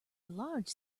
large